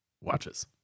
watches